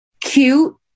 cute